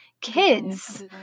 kids